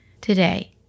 today